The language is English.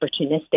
opportunistic